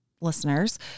listeners